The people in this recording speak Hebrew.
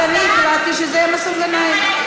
אז אני החלטתי שזה יהיה מסעוד גנאים.